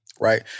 Right